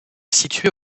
situé